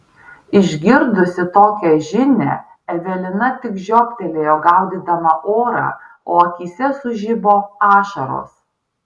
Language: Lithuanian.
išgirdusi tokią žinią evelina tik žioptelėjo gaudydama orą o akyse sužibo ašaros